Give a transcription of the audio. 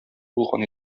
булган